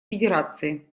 федерации